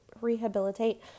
rehabilitate